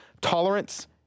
tolerance